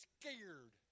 scared